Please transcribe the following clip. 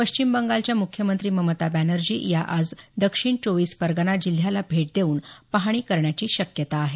पश्चिम बंगालच्या मुख्यमंत्री ममता बॅनर्जी या आज दक्षिण चोवीस परगाना जिल्ह्याला भेट देऊन पहाणी करण्याची शक्यता आहे